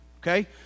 okay